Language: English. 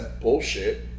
bullshit